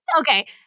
okay